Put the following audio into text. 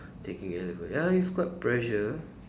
taking N-level ya it's quite pressure